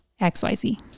xyz